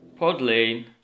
Podlane